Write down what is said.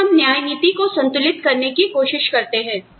फिर हम न्याय नीति को संतुलित करने की कोशिश करते हैं